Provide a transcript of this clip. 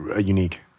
unique